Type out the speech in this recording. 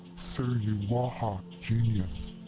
suruwaha genius.